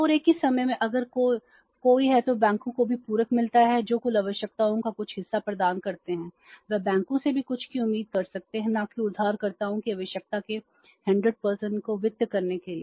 और एक ही समय में अगर कोई है तो बैंकों को भी पूरक मिलता है जो कुल आवश्यकताओं का कुछ हिस्सा प्रदान करते हैं वे बैंकों से भी कुछ की उम्मीद कर सकते हैं न कि उधारकर्ताओं की आवश्यकता के 100 को वित्त करने के लिए